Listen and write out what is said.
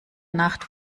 nacht